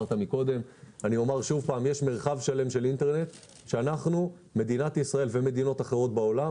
יש מרחב שלם של אינטרנט שאנחנו במדינת ישראל ומדינות אחרות בעולם,